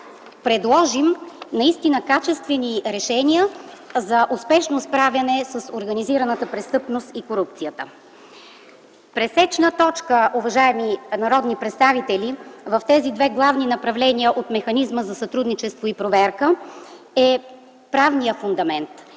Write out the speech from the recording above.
предложим наистина качествени решения за успешно справяне с организираната престъпност и корупцията. Пресечна точка, уважаеми народни представители, в тези две главни направления от механизма за сътрудничество и проверка е правният фундамент,